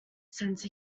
sense